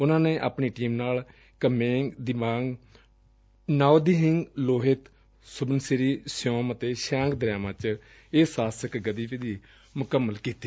ਉਨੂਾਂ ਨੇ ਆਪਣੀ ਟੀਮ ਨਾਲ ਕਮੇਂਗ ਦੀਬਾਂਗ ਨਾਓ ਦੀ ਹਿੰਗ ਲੋਹਿਤ ਸੁਬਨ ਸ੍ਰੀ ਸਿਓਮ ਅਤੇ ਸਿਆਂਗ ਦਰਿਆਵਾ ਵਿਚ ਇਹ ਸਾਹਸਕਿ ਗਤੀਵਿਧੀ ਮੁਕੰਮਲ ਕੀਤੀ